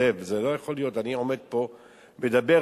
זאב, זה לא יכול להיות, אני עומד פה, מדבר.